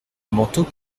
manteau